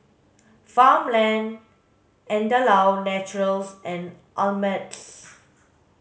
Farmland Andalou Naturals and Ameltz